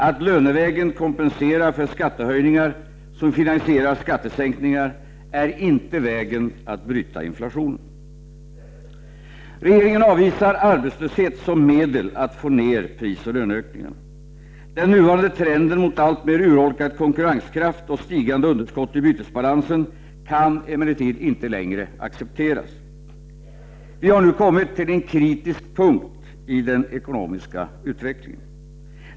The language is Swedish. Att lönevägen kompensera för skattehöjningar som finansierar andra skattesänkningar är inte vägen att bryta inflationen. Regeringen avvisar arbetslöshet som medel att få ned prisoch löneökningarna. Den nuvarande trenden mot alltmer urholkad konkurrenskraft och stigande underskott i bytesbalansen kan emellertid inte längre accepteras. Vi har nu kommit till en kritisk punkt i den ekonomiska utvecklingen.